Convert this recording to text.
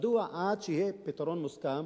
מדוע, עד שיהיה פתרון מוסכם,